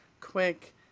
quick